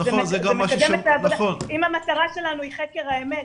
אם המטרה שלנו היא חקר האמת,